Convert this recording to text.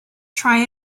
try